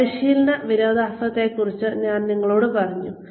പരിശീലന വിരോധാഭാസത്തെക്കുറിച്ച് ഞാൻ നിങ്ങളോട് പറഞ്ഞു